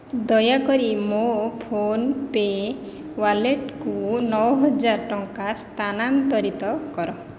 ଦୟାକରି ମୋ ଫୋନ୍ପେ ୱାଲେଟ୍କୁ ନଅହଜାର ଟଙ୍କା ସ୍ଥାନାନ୍ତରିତ କର